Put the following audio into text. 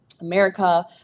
America